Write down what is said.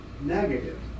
negative